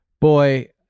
boy